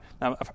Now